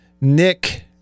Nick